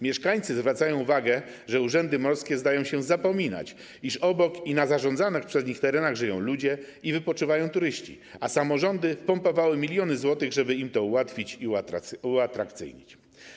Mieszkańcy zwracają uwagę, że urzędy morskie zdają się zapominać, iż obok i na zarządzanych przez nich terenach żyją ludzie i wypoczywają turyści, a samorządy wpompowały miliony złotych, żeby im to ułatwić i uatrakcyjnić.